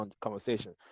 conversation